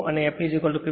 તેથી f22 અને f50 છે